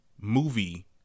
movie